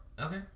Okay